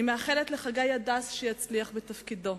אני מאחלת לחגי הדס שיצליח בתפקידו.